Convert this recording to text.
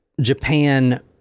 Japan